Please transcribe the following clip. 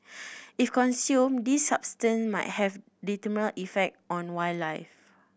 if consumed these substance might have detrimental effect on wildlife